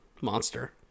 monster